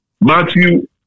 Matthew